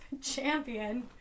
champion